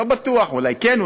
אולי כן,